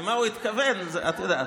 למה הוא התכוון, את יודעת.